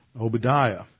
Obadiah